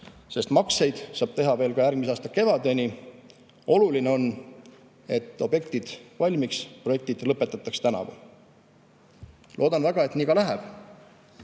sest makseid saab teha veel järgmise aasta kevadeni. Oluline on, et objektid valmiks ja projektid lõpetataks tänavu. Loodan väga, et nii ka läheb.